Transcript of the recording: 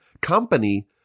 company